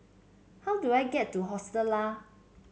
how do I get to Hostel Lah